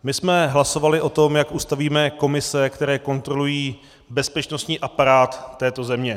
My jsme hlasovali o tom, jak ustavíme komise, které kontrolují bezpečnostní aparát této země.